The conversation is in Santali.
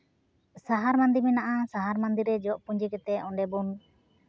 ᱥᱟᱦᱟᱨ ᱢᱟᱫᱮ ᱢᱮᱱᱟᱜᱼᱟ ᱥᱟᱦᱟᱨ ᱢᱟᱫᱮ ᱨᱮ ᱡᱚᱜ ᱯᱩᱸᱡᱤ ᱠᱟᱛᱮᱫ ᱚᱸᱰᱮ ᱵᱚᱱ